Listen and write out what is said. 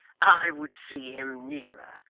i would see him nearer,